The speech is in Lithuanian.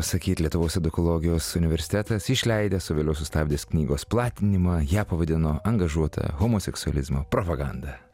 pasakyt lietuvos edukologijos universitetas išleidęs o vėliau sustabdęs knygos platinimą ją pavadino angažuota homoseksualizmo propaganda